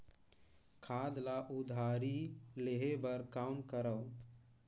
खाद ल उधारी लेहे बर कौन करव?